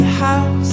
house